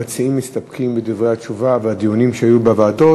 המציעים מסתפקים בדברי התשובה ובדיונים שהיו בוועדות,